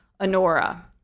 Honora